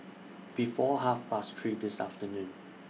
before Half Past three This afternoon